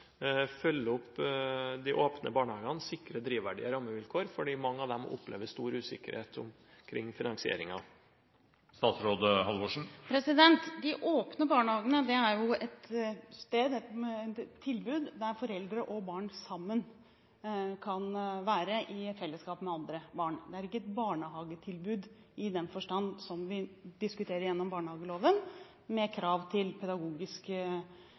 følge opp de åpne barnehagene og sikre drivverdige rammevilkår? Mange av dem opplever stor usikkerhet omkring finansieringen. De åpne barnehagene er et sted – et tilbud – der foreldre og barn sammen kan være i felleskap med andre barn. Det er ikke et barnehagetilbud i den forstand som vi diskuterer gjennom barnehageloven, med krav til